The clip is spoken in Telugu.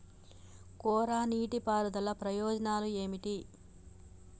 కోరా నీటి పారుదల ప్రయోజనాలు ఏమిటి?